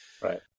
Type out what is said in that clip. Right